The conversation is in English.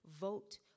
vote